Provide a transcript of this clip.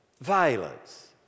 violence